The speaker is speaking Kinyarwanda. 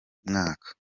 mwaka